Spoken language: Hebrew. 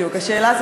השאלה,